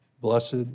Blessed